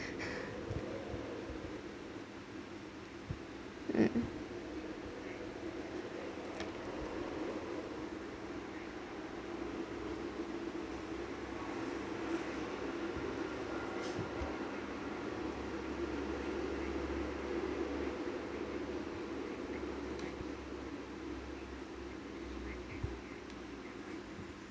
um